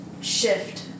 shift